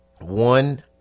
One